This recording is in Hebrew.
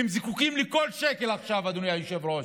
כי הם זקוקים לכל שקל עכשיו, אדוני היושב-ראש.